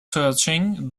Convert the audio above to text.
searching